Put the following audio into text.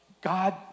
God